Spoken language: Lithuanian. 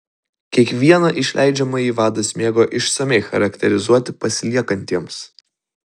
kiekvieną išleidžiamąjį vadas mėgo išsamiai charakterizuoti pasiliekantiems